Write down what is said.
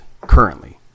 currently